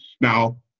now